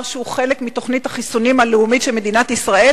שהוא חלק מתוכנית החיסונים הלאומית של מדינת ישראל,